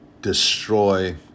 destroy